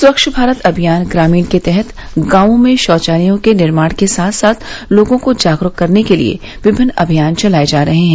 स्वच्छ भारत अभियान ग्रामीण के तहत गांवों में शौचालयों के निर्माण के साथ साथ लोगों को जागरूक करने के लिए विमिन्न अभियान चलाए जा रहे हैं